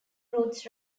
roots